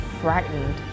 frightened